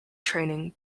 training